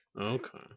okay